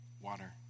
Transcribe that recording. water